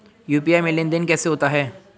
UPI में लेनदेन कैसे होता है?